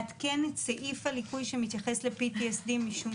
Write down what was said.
לעדכן את סעיף הליקוי שמתייחס ל-PTSD משום